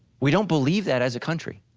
we don't believe that as a country.